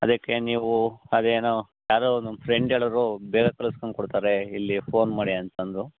ಅದಕ್ಕೆ ನೀವು ಅದೇನೋ ಯಾರೋ ನಮ್ಮ ಫ್ರೆಂಡ್ ಹೇಳಿರು ಬೇಗ ಕಳಿಸ್ಕೊಂಡು ಕೊಡ್ತಾರೆ ಇಲ್ಲಿ ಪೋನ್ ಮಾಡಿ ಅಂತಂದು